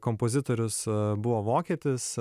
kompozitorius buvo vokietis